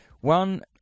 One